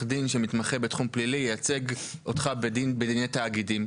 דין שמתמחה בתחום פלילי ייצג אותך בדיני תאגידים,